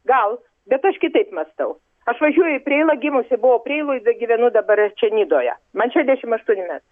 gal bet aš kitaip mąstau aš važiuoju į preilą gimusi buvau preiloj bet gyvenu dabar ir čia nidoje man šešiasdešimt aštuoni metai